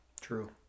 True